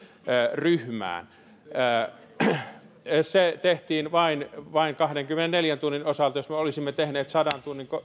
ryhmään ja se tehtiin vain vain kahdenkymmenenneljän tunnin osalta jos me olisimme tehneet sadan tunnin